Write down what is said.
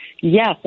yes